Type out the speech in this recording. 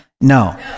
No